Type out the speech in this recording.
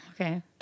Okay